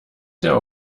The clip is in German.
der